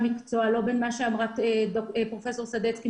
המקצוע לא בין מה שאמרו פרופ' סדצקי,